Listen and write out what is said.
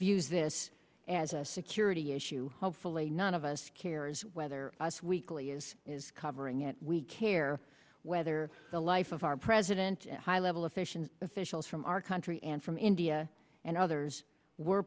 views this as a security issue hopefully none of us cares whether us weekly is covering it we care whether the life of our president and high level official officials from our country and from india and others were